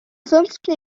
fünften